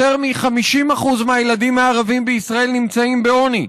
יותר מ-50% מהילדים הערבים בישראל נמצאים בעוני,